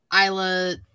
Isla